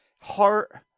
heart